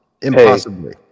Impossibly